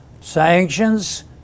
Sanctions